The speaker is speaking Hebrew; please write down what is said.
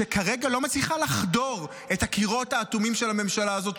שכרגע לא מצליחה לחדור את הקירות האטומים של הממשלה הזאת,